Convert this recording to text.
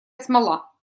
смола